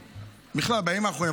ובכלל בימים האחרונים,